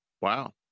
Wow